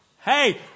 Hey